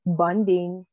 bonding